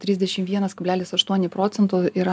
trisdešim vienas kablelis aštuoni procento yra